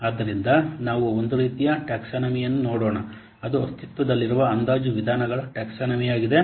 ಆದ್ದರಿಂದ ನಾವು ಒಂದು ರೀತಿಯ ಟ್ಯಾಕ್ಸಾನಮಿಯನ್ನು ನೋಡೋಣ ಅದು ಅಸ್ತಿತ್ವದಲ್ಲಿರುವ ಅಂದಾಜು ವಿಧಾನಗಳ ಟ್ಯಾಕ್ಸಾನಮಿಯಾಗಿದೆ